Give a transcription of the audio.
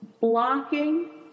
blocking